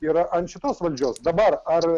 yra ant šitos valdžios dabar ar